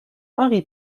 henri